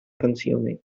consuming